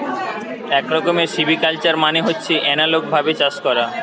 এক রকমের সিভিকালচার মানে হচ্ছে এনালগ ভাবে চাষ করা